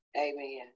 Amen